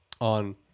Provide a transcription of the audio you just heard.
on